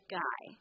guy